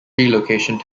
relocation